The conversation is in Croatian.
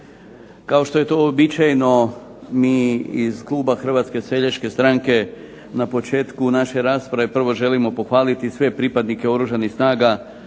Kao što je to uobičajeno, mi iz kluba Hrvatske seljačke stranke na početku naše rasprave prvo želimo pohvaliti sve pripadnike oružanih snaga